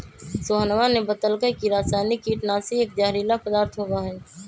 सोहनवा ने बतल कई की रसायनिक कीटनाशी एक जहरीला पदार्थ होबा हई